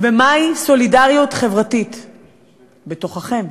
ומהי סולידריות חברתית בתוככם,